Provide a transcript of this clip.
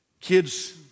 kids